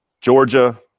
Georgia